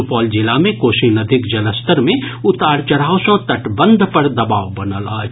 सुपौल जिला मे कोसी नदीक जलस्तर मे उतार चढ़ाव सॅ तटबंध पर दबाव बनल अछि